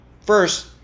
First